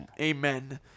amen